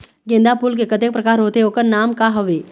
गेंदा फूल के कतेक प्रकार होथे ओकर नाम का हवे?